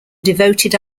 devoted